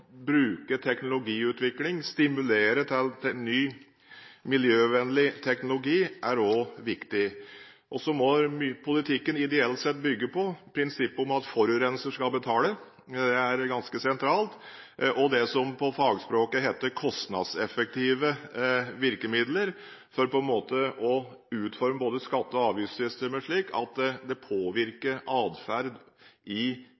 bruke teknologiutvikling, å stimulere til ny miljøvennlig teknologi også er viktig. Så må politikken ideelt sett bygge på prinsippet om at forurenser skal betale. Det er ganske sentralt. Det er det som på fagspråket heter kostnadseffektive virkemidler for å utforme både skatte- og avgiftssystemer slik at det påvirker atferd i